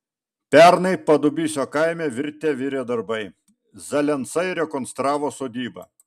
pernai padubysio kaime virte virė darbai zalensai rekonstravo sodybą